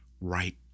right